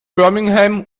birmingham